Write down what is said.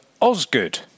Osgood